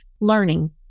learning